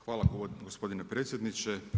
Hvala gospodine predsjedniče.